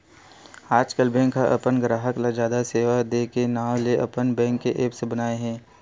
आजकल बेंक ह अपन गराहक ल जादा सेवा दे के नांव ले अपन बेंक के ऐप्स बनाए हे